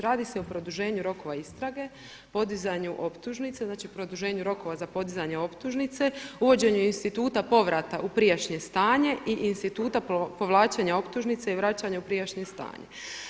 Radi se o produženju rokova istrage, podizanju optužnice, znači produženju rokova za podizanje optužnice, uvođenje instituta povrata u prijašnje stanje i instituta povlačenja optužnice i vračanje u prijašnje stanje.